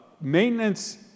Maintenance